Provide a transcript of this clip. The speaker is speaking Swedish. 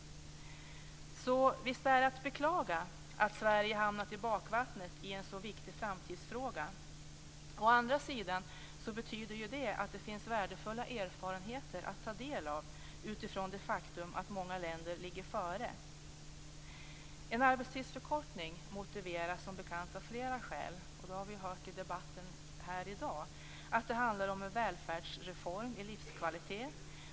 Så visst är det att beklaga att Sverige hamnat i bakvattnet i en så viktig framtidsfråga. Å andra sidan betyder det att det finns värdefulla erfarenheter att ta del av utifrån det faktum att många länder ligger före. En arbetstidsförkortning motiveras som bekant av flera skäl, som vi hört flera gånger här i dag. Det handlar om en välfärdsreform i livskvalitet.